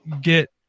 get